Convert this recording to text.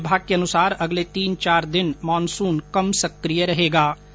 मौसम विभाग के अनुसार अगले तीन चार दिन मानसून कम सक्रिय रहेगा